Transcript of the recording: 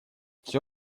всё